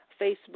Facebook